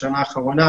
בשנה האחרונה.